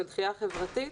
גם של דחייה חברתית,